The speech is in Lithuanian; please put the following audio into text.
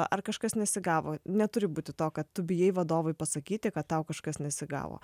ar kažkas nesigavo neturi būti to kad tu bijai vadovui pasakyti kad tau kažkas nesigavo